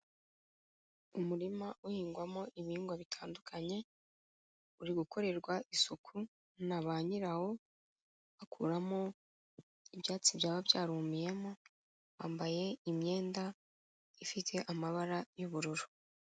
Umurima uhingwamo ibihingwa bitandukanye uri gukorerwa isuku na ba nyirawo bakuramo ibyatsi byaba byarumiyemo, bambaye imyenda ifite amabara y'ubururu.